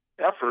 Effort